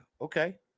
Okay